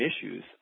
issues